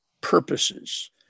purposes